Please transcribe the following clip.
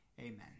Amen